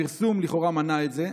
הפרסום לכאורה מנע את זה.